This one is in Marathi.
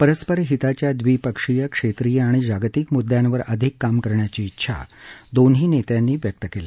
परस्पर हिताच्या द्विपक्षीय क्षेत्रीय आणि जागतिक मुद्यांवर आधिक काम करण्याची उंछा दोन्ही नेत्यांनी व्यक्त केली